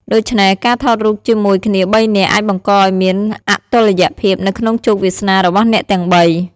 ដូច្នេះ ការថតរូបជាមួយគ្នាបីនាក់អាចបង្កឱ្យមានអតុល្យភាពនៅក្នុងជោគវាសនារបស់អ្នកទាំងបី។